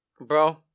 bro